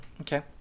okay